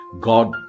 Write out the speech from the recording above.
God